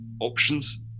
options